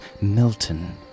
Milton